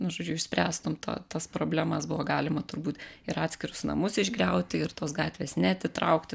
nu žodžiu išspręstum tą tas problemas buvo galima turbūt ir atskirus namus išgriauti ir tos gatvės neatitraukti